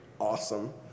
Awesome